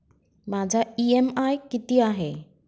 माझा इ.एम.आय किती आहे?